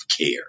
care